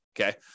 okay